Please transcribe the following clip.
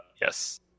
yes